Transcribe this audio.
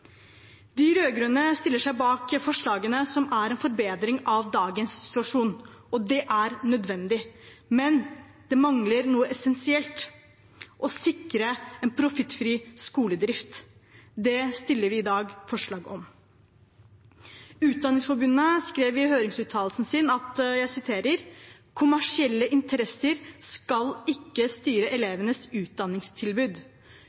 De rød-grønne stiller seg bak forslagene, som er en forbedring av dagens situasjon, og det er nødvendig, men det mangler noe essensielt: å sikre en profittfri skoledrift. Det stiller vi i dag forslag om. Utdanningsforbundet skrev i høringsuttalelsen sin: «Kommersielle interesser skal ikke styre